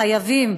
חייבים.